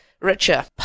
richer